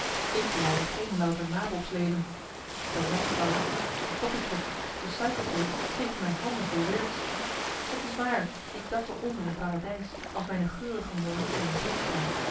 ik leide geen louter nabob'sleven de rijstbouw de koffijpluk de suikerteelt geven mij handen vol werks het is waar ik dartel om in een paradijs als mijne geurige molukken in bloei staan